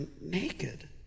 naked